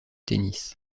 tennis